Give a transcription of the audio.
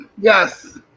Yes